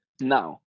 now